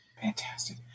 Fantastic